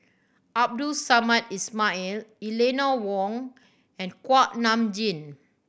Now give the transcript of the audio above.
Abdul Samad Ismail Eleanor Wong and Kuak Nam Jin